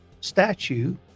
statue